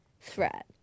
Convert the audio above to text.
threat